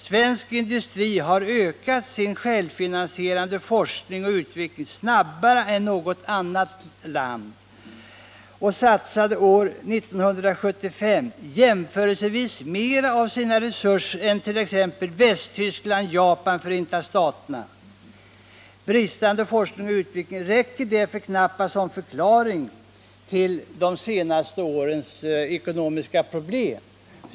Svensk industri har ökat sin självfinansierade forskning och utveckling snabbare än något annat land och satsade år 1975 jämförelsevis mer av sina resurser än t.ex. Västtyskland, Japan och Förenta staterna. Bristande forskning och utveckling räcker därför knappast som förklaring till de senaste årens ekonomiska problem.